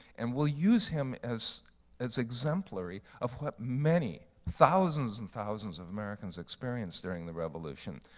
and we'll use him as as exemplary of what many thousands and thousands of americans experienced during the revolution.